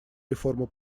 реформа